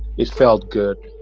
it felt good